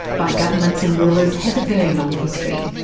by governments and rulers has a very long history.